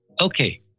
Okay